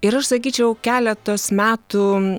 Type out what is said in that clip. ir aš sakyčiau keletos metų